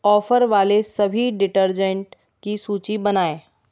offer वाले सभी detergent की सूची बनाएँ